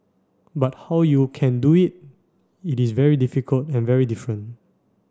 but how you can do it it is very difficult and very different